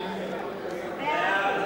מי נמנע?